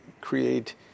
create